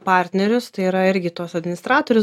partnerius tai yra irgi tuos administratorius